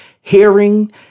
hearing